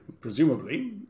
presumably